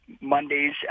Mondays